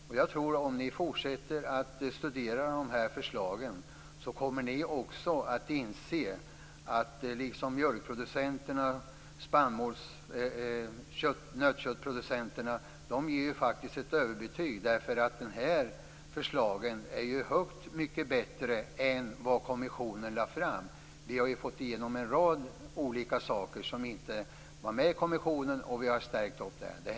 Om ni fortsätter att studera de här förslagen tror jag att ni också kommer att inse, liksom mjölkproducenterna och nötköttsproducenterna, som faktiskt ger ett överbetyg, att förslagen är långt mycket bättre än de som kommissionen lade fram. Vi har fått igenom en rad olika saker som inte var med i kommissionens förslag, och vi har stärkt vår position.